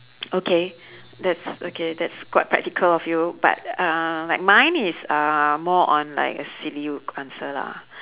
okay that's okay that's quite practical of you but uh like mine is uh more on like a silly answer lah